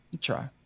Try